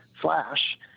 flash